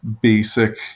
basic